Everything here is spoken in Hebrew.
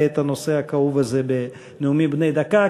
את הנושא הכאוב הזה בנאומים בני דקה,